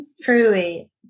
Truly